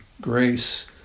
grace